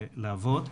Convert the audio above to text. לעבוד.